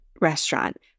restaurant